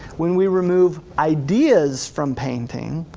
when we remove ideas from painting,